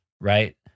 right